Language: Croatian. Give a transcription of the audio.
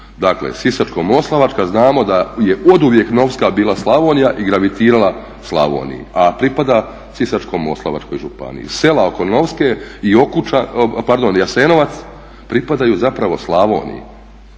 Dakle, Sisačko-moslavačka znamo da je oduvijek Novska bila Slavonija i gravitirala Slavoniji, a pripada Sisačko-moslavačkoj županiji. Sela oko Novske i pardon Jasenovac pripadaju zapravo Slavoniji.